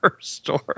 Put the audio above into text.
store